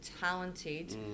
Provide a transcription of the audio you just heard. talented